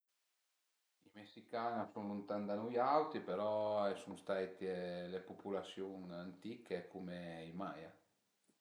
I mesican a sun luntan da nu auti, però a sun staitie le pupulasiun antiche cume i Maya